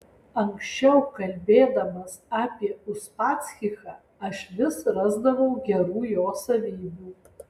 anksčiau kalbėdamas apie uspaskichą aš vis rasdavau gerų jo savybių